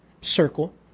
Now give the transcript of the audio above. circle